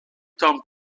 tomb